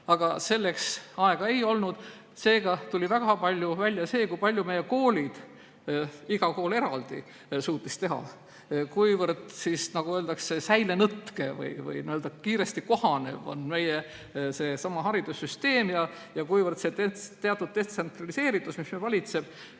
aga selleks aega ei olnud. Seega tuli väga palju välja see, kui palju meie koolid suutsid ja iga kool eraldi suutis teha, kuivõrd, nagu öeldakse, säilenõtke või kiiresti kohanev on meie haridussüsteem ja kuivõrd see teatud tsentraliseeritus, mis meil valitseb,